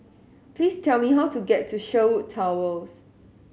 please tell me how to get to Sherwood Towers